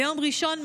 ביום ראשון,